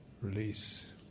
release